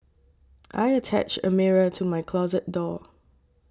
I attached a mirror to my closet door